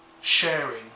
sharing